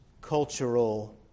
cultural